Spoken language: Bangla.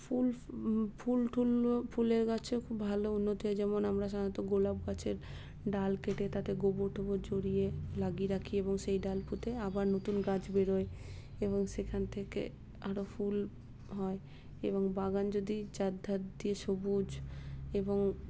ফুল টুলগুলো ফুলের গাছে ভালো উন্নতি হয় যেমন আমরা সাধারণত গোলাপ গাছের ডাল কেটে তাতে গোবর টোবর জড়িয়ে লাগিয়ে রাখি এবং সেই ডাল পুঁতে আবার নতুন গাছ বেরোয় এবং সেখান থেকে আরও ফুল হয় এবং বাগান যদি চার ধার দিয়ে সবুজ এবং